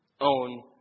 own